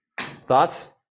Thoughts